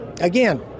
again